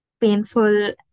painful